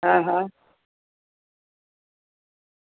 હા હા